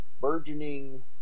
burgeoning